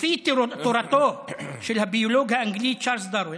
לפי תורתו של הביולוג האנגלי צ'רלס דרווין,